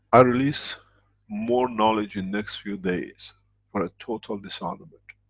i release more knowledge in next few days for a total disarmament.